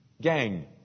Gang